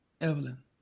Evelyn